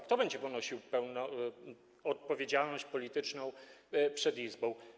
Kto będzie ponosił odpowiedzialność polityczną przed Izbą?